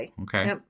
Okay